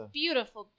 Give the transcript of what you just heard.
beautiful